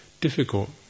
difficult